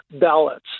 ballots